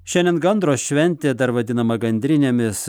šiandien gandro šventė dar vadinama gandrinėmis